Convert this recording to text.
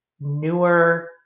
newer